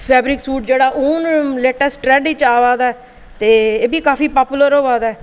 fabric suit जेह्ड़ा हून trending च आवा दा ते एह्बी काफी पॉपुलर होआ दा ऐ